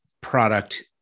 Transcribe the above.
product